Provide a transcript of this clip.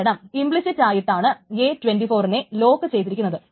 കാരണം ഇംപ്ലിസിറ്റായിട്ടാണ് a24നെ ലോക്ക് ചെയ്തിരിക്കുന്നത്